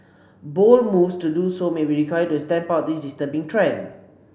bold moves to do so may be required to stamp out this disturbing trend